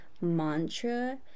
mantra